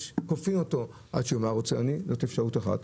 כופים אותו עד שיאמר 'רוצה אני' זו אפשרות אחת.